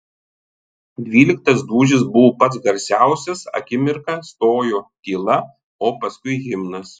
dvyliktas dūžis buvo pats garsiausias akimirką stojo tyla o paskui himnas